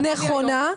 לא,